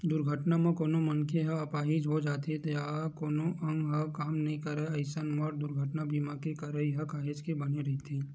दुरघटना म कोनो मनखे ह अपाहिज हो जाथे या कोनो अंग ह काम नइ करय अइसन बर दुरघटना बीमा के करई ह काहेच के बने रहिथे